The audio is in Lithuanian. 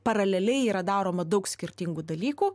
paraleliai yra daroma daug skirtingų dalykų